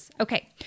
Okay